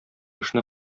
эшне